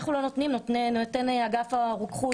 אנחנו לא נותנים אלא נותן אגף הרוקחות.